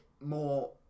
More